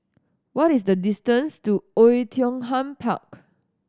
what is the distance to Oei Tiong Ham Park